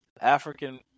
African